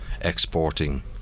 exporting